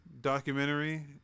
documentary